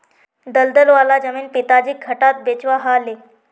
दलदल वाला जमीन पिताजीक घटाट बेचवा ह ले